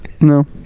no